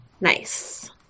Nice